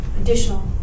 additional